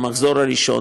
המחזור הראשון,